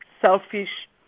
selfish